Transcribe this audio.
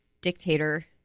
dictator